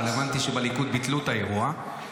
אבל הבנתי שבליכוד ביטלו את האירוע.